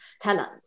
talent